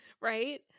Right